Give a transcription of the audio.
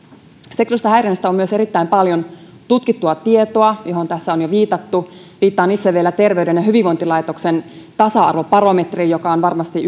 seksuaalisesta häirinnästä on myös erittäin paljon tutkittua tietoa johon tässä on jo viitattu viittaan itse vielä terveyden ja hyvinvoinnin laitoksen tasa arvobarometriin joka on varmasti